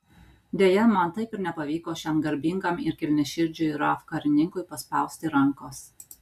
deja man taip ir nepavyko šiam garbingam ir kilniaširdžiui raf karininkui paspausti rankos